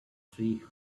three